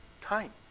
Time